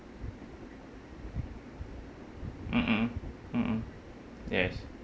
mmhmm mmhmm yes